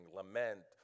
lament